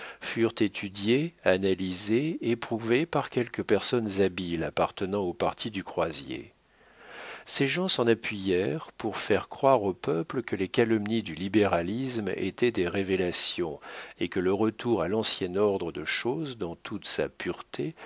furent étudiés analysés éprouvés par quelques personnes habiles appartenant au parti du croisier ces gens s'en appuyèrent pour faire croire au peuple que les calomnies du libéralisme étaient des révélations et que le retour à l'ancien ordre de choses dans toute sa pureté